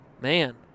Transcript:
man